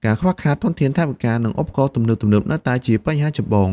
ការខ្វះខាតធនធានថវិកា និងឧបករណ៍ទំនើបៗនៅតែជាបញ្ហាចម្បង។